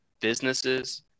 businesses